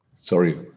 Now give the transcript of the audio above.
Sorry